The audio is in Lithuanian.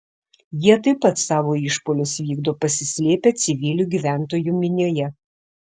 jie taip pat savo išpuolius vykdo pasislėpę civilių gyventojų minioje